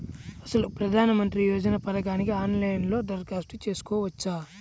అసలు ప్రధాన మంత్రి యోజన పథకానికి ఆన్లైన్లో దరఖాస్తు చేసుకోవచ్చా?